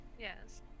Yes